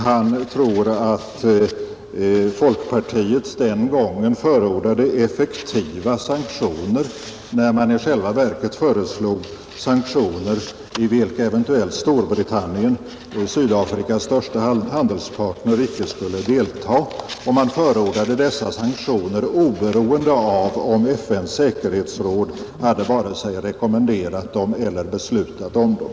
Han tror att folkpartiet den gången förordade effektiva sanktioner, när man i själva verket föreslog sanktioner i vilka eventuellt Storbritannien, Sydafrikas största handelspartner, icke skulle delta, och man förordade dessa sanktioner oberoende av om FN:s säkerhetsråd hade vare sig rekommenderat dem eller beslutat om dem.